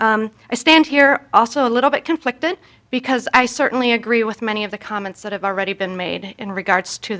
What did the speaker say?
i stand here also a little bit conflicted because i certainly agree with many of the comments that have already been made in regards to